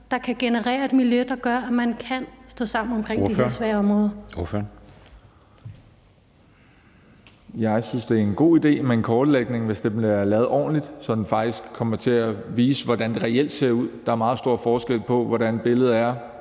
Anden næstformand (Jeppe Søe): Ordføreren. Kl. 16:32 Jacob Mark (SF): Jeg synes, det er en god idé med en kortlægning, hvis den bliver lavet ordentligt, så den faktisk kommer til at vise, hvordan det reelt ser ud. Der er meget stor forskel på, hvordan billedet er